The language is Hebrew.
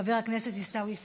חבר הכנסת עיסאווי פריג'